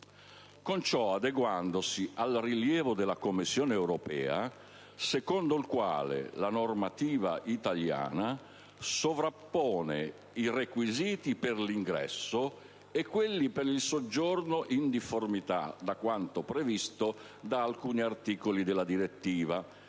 è dato seguito al rilievo mosso dalla Commissione europea, secondo il quale la normativa italiana sovrappone i requisiti per l'ingresso e quelli per il soggiorno, in difformità da quanto previsto da alcuni articoli della citata